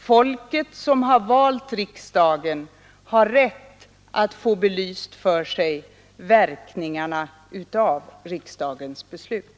Folket som har valt riksdagen har rätt att för sig få belysta verkningarna av riksdagens beslut.